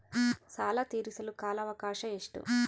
ಸಾಲ ತೇರಿಸಲು ಕಾಲ ಅವಕಾಶ ಎಷ್ಟು?